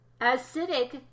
Acidic